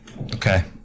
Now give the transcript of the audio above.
Okay